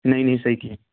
नहीं नहीं सही किए